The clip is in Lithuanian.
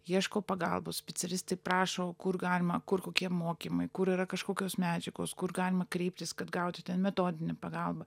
ieško pagalbos specialistai prašo o kur galima kur kokie mokymai kur yra kažkokios medžiagos kur galima kreiptis kad gauti metodinę pagalbą